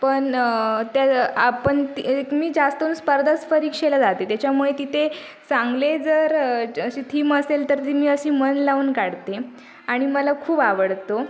पण तर आपण ती एक मी जास्त स्पर्धा परीक्षेला जाते त्याच्यामुळे तिथे चांगले जर अशी थीम असेल तर ती मी अशी मन लावून काढते आणि मला खूप आवडतो